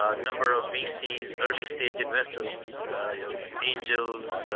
ah number of vcs, early stage investors angels,